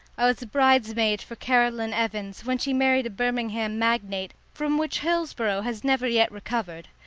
i was bridesmaid for caroline evans, when she married a birmingham magnate, from which hillsboro has never yet recovered.